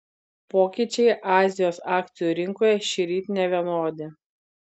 pokyčiai azijos akcijų rinkoje šįryt nevienodi